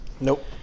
Nope